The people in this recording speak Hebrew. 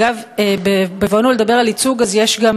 אגב, בבואנו לדבר על ייצוג אז יש גם